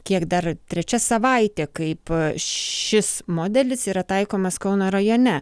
kiek dar trečia savaitė kaip šis modelis yra taikomas kauno rajone